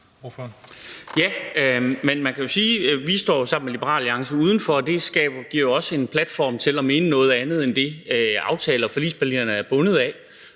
Ja, men man kan jo sige, at vi sammen med Liberal Alliance står udenfor, og det giver jo også en platform til at mene noget andet end det, aftale- og forligspartierne er bundet af,